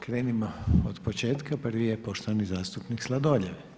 Krenimo od početka, prvi je poštovani zastupnik Sladoljev.